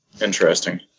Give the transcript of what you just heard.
Interesting